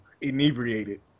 inebriated